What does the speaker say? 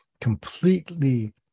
completely